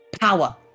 power